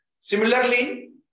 Similarly